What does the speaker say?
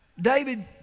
David